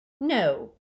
No